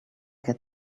get